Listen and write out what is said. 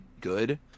good